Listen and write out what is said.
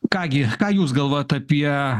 ką gi ką jūs galvojat apie